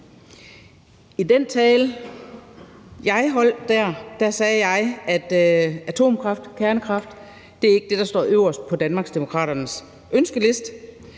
I den tale, jeg holdt der, sagde jeg, at atomkraft, kernekraft, ikke er det, der står øverst på Danmarksdemokraternes ønskeliste.